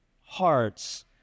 hearts